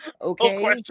Okay